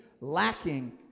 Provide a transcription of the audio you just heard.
lacking